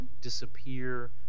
disappear